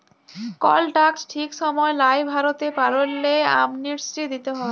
call tax ঠিক সময় লায় ভরতে পারল্যে, অ্যামনেস্টি দিতে হ্যয়